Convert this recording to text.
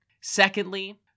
Secondly